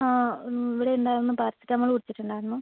അതെ ഇവിടെ ഉണ്ടായിരുന്ന പാരസെറ്റമോൾ കുടിച്ചിട്ടുണ്ടായിരുന്നു